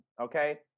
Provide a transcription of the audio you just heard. okay